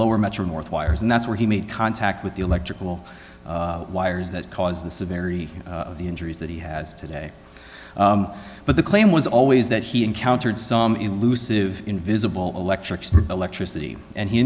lower metro north wires and that's where he made contact with the electrical wires that caused the severity of the injuries that he has today but the claim was always that he encountered some elusive invisible electric electricity and he